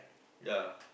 ya